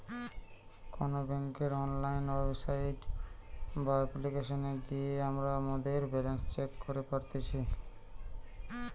কোনো বেংকের online website বা অপ্লিকেশনে গিয়ে আমরা মোদের ব্যালান্স চেক করি পারতেছি